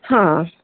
हां